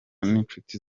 n’incuti